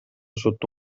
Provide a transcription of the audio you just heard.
sotto